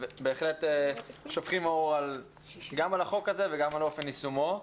בהחלט שופכים אור גם על החוק הזה וגם על אופן יישומו.